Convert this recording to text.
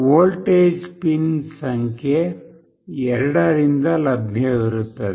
voltage pin ಸಂಖ್ಯೆ 2 ರಿಂದ ಲಭ್ಯವಿರುತ್ತದೆ